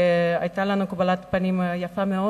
והיתה לנו קבלת פנים יפה מאוד.